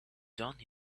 don’t